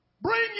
Bring